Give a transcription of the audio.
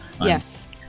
Yes